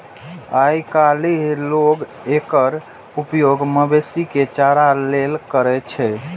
आइकाल्हि लोग एकर उपयोग मवेशी के चारा लेल करै छै